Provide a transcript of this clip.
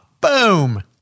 Boom